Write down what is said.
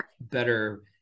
better